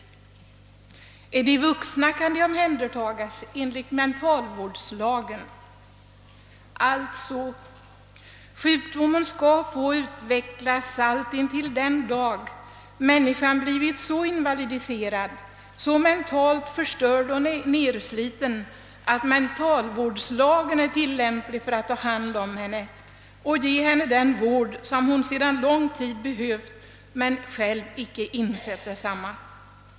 Gäller det vuxna människor kan dessa omhändertagas enligt mentalvårdslagen. Sjukdomen skall alltså få utvecklas ända till den dag då människan har blivit så invalidiserad, så mentalt förstörd och nedsliten att mentalvårdslagen är tillämplig för att ta hand om henne och ge henne den vård som hon sedan lång tid tillbaka behövt men själv inte insett att hon måste ha.